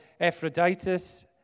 Ephroditus